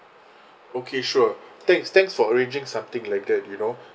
okay sure thanks thanks for arranging something like that you know